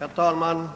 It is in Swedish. Herr talman!